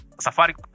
Safari